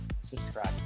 Subscribe